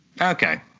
Okay